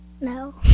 No